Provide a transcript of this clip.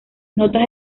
notas